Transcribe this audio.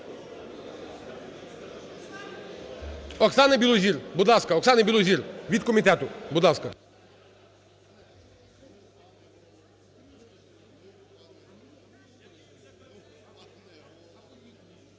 Оксана Білозір, будь ласка, Оксана Білозір – від комітету. Будь ласка.